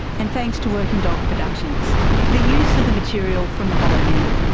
and thanks to working dog productions for the use of the material from the hollowmen,